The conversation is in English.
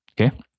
okay